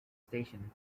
station